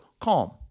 CALM